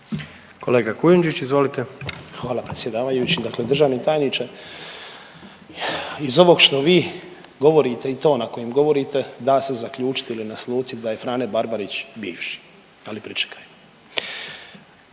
**Kujundžić, Ante (MOST)** Hvala predsjedavajući. Dakle, državni tajniče iz ovog što vi govorite i tona kojim govorite da se zaključiti ili naslutiti da je Frane Barbarić bivši, ali pričekajmo.